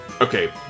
okay